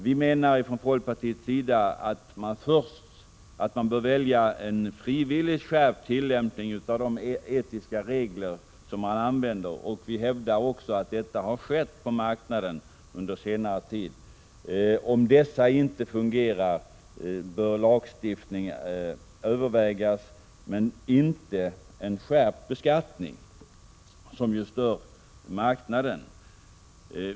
Vi från folkpartiet menar att man bör välja en frivilligt skärpt tillämpning av de etiska regler som används, och vi hävdar att en sådan skärpning också har skett på marknaden under senare tid. Om detta inte fungerar bör lagstiftning övervägas, men inte en skärpt beskattning, som ju stör marknaden.